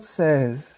says